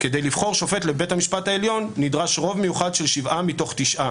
כדי לבחור שופט לבית המשפט העליון נדרש רוב מיוחד של שבעה מתוך תשעה,